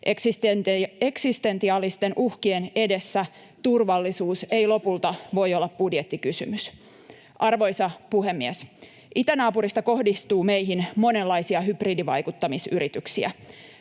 Eksistentiaalisten uhkien edessä turvallisuus ei lopulta voi olla budjettikysymys. Arvoisa puhemies! Itänaapurista kohdistuu meihin monenlaisia hybridivaikuttamisyrityksiä.